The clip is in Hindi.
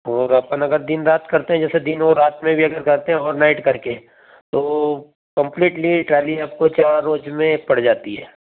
और अपन अगर दिन रात करते हैं जैसे दिन और रात में भी अगर करते हैं ओवरनाइट करके तो कंप्लीटली ट्राली आपको चार रोज में एक पड़ जाती है